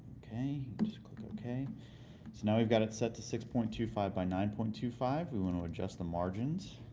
just click ok. so now we've got it set to six point two five by nine point two five. we want to adjust the margins.